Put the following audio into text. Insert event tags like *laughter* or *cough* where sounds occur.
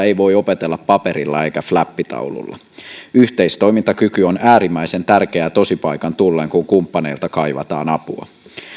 *unintelligible* ei voi opetella paperilla eikä fläppitaululla yhteistoimintakyky on äärimmäisen tärkeää tosipaikan tullen kun kumppaneilta kaivataan apua